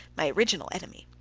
my original enemy.